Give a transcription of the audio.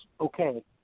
Okay